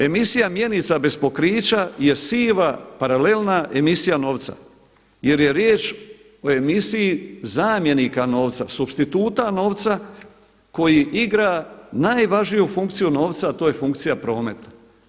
Emisija mjenica bez pokrića je siva paralelna emisija novca jer je riječ o emisiji zamjenika novca, supstituta novca koji igra najvažniju funkciju novca, a to je funkcija prometa.